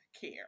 care